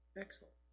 Excellent